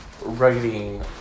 writing